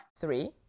Three